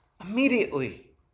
immediately